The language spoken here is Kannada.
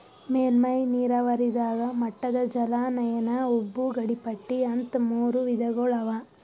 ಮೇಲ್ಮೈ ನೀರಾವರಿದಾಗ ಮಟ್ಟದ ಜಲಾನಯನ ಉಬ್ಬು ಗಡಿಪಟ್ಟಿ ಅಂತ್ ಮೂರ್ ವಿಧಗೊಳ್ ಅವಾ